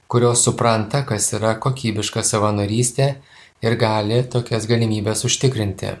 kurios supranta kas yra kokybiška savanorystė ir gali tokias galimybes užtikrinti